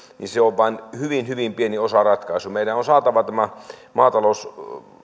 on vain hyvin hyvin pieni osaratkaisu meidän on saatava tämä